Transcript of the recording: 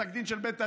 פסק דין של בית הדין.